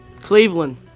Cleveland